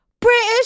British